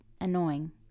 annoying